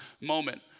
moment